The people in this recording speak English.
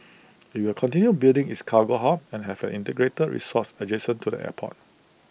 IT will continue building its cargo hub and have an integrated resorts adjacent to the airport